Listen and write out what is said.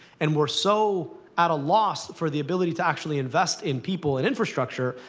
and we're so at a loss for the ability to actually invest in people and infrastructure,